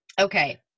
okay